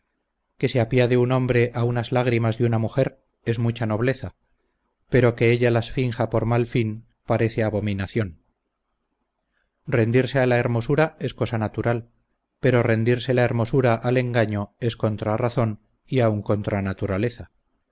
que se apiade un hombre a unas lágrimas de una mujer es mucha nobleza pero que ella las finja por mal fin parece abominación rendirse a la hermosura es cosa natural pero rendirse la hermosura al engaño es contra razón y aun contra naturaleza